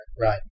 Right